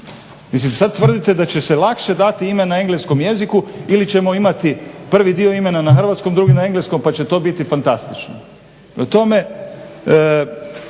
sada tvrdite da će se lakše dati ime na engleskom jeziku ili ćemo imati prvi dio imena na hrvatskom, drugi na engleskom pa će to biti fantastično.